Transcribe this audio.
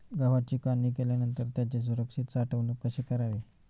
गव्हाची काढणी केल्यानंतर त्याची सुरक्षित साठवणूक कशी करावी?